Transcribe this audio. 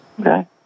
Okay